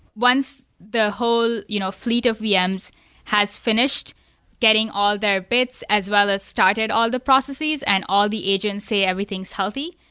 once the whole you know fleet of vms has finished getting all their bits as well as started all the processes and all the agents say everything is healthy,